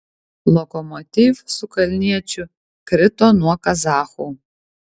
lokomotiv su kalniečiu krito nuo kazachų